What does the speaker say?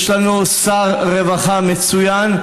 יש לנו שר רווחה מצוין,